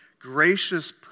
gracious